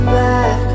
back